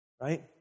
Right